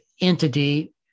entity